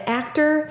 actor